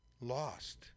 lost